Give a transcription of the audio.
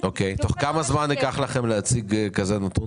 תוך כמה זמן ייקח לכם להציג נתון כזה?